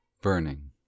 BURNING